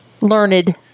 Learned